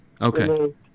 Okay